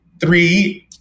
Three